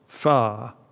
far